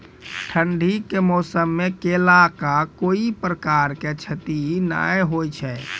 ठंडी के मौसम मे केला का कोई प्रकार के क्षति भी हुई थी?